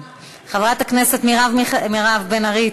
חברת הכנסת מירב בן ארי,